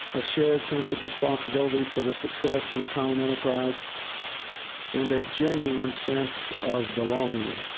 a shared sense of responsibility for the success of the common enterprise and a genuine sense of belonging.